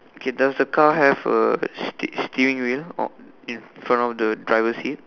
okay does the car have a steer~ steering wheel or in front of the driver seat